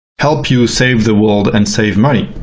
help you save the world and save money.